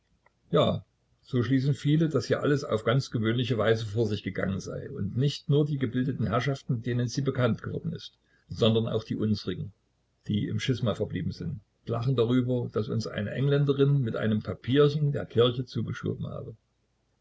ja so schließen viele daß hier alles auf ganz gewöhnliche weise vor sich gegangen sei und nicht nur die gebildeten herrschaften denen sie bekannt geworden ist sondern auch die unsrigen die im schisma verblieben sind lachen darüber daß uns eine engländerin mit einem papierchen der kirche zugeschoben habe